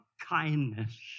kindness